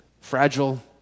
fragile